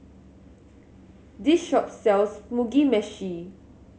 this shop sells Mugi Meshi